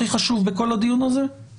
החברתיים לחשוב טוב האם לא יצא שכרינו